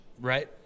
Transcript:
Right